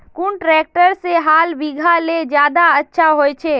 कुन ट्रैक्टर से हाल बिगहा ले ज्यादा अच्छा होचए?